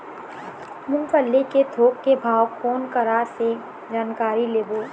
मूंगफली के थोक के भाव कोन करा से जानकारी लेबो?